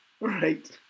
right